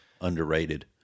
underrated